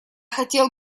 хотел